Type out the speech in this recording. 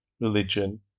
religion